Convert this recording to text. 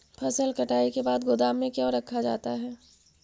फसल कटाई के बाद गोदाम में क्यों रखा जाता है?